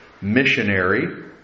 missionary